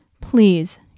Please